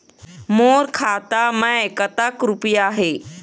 मोर खाता मैं कतक रुपया हे?